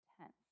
tense